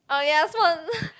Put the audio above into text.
oh ya